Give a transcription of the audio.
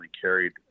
carried